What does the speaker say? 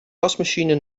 wasmachine